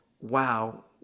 wow